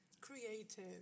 creative